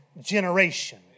generation